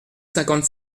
cinquante